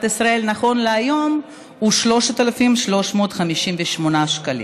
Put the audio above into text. ישראל נכון להיום הוא 3,358 שקלים.